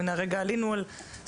הנה, כרגע, עלינו על --- לא.